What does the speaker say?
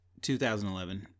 2011